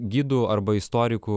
gidu arba istoriku